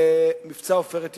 ממבצע "עופרת יצוקה".